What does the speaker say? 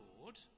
Lord